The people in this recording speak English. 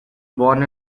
born